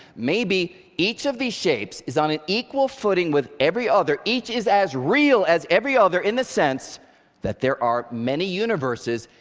maybe each of these shapes is on an equal footing with every other. each is as real as every other, in the sense that there are many universes,